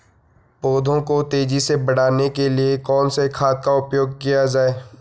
पौधों को तेजी से बढ़ाने के लिए कौन से खाद का उपयोग किया जाए?